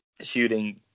shooting